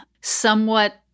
somewhat